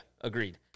agreed